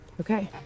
Okay